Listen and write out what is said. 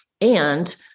And-